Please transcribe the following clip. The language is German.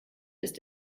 ist